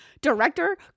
director